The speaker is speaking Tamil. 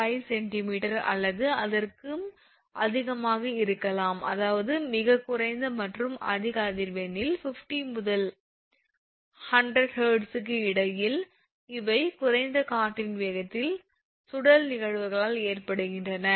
5 𝑐𝑚 அல்லது அதற்கும் அதிகமாக இருக்கலாம் அதாவது மிகக் குறைந்த மற்றும் அதிக அதிர்வெண்களில் 50−100 𝐻𝑧 க்கு இடையில் இவை குறைந்த காற்றின் வேகத்தில் சுழல் நிகழ்வுகளால் ஏற்படுகின்றன